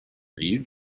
you